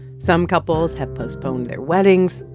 some couples have postponed their weddings.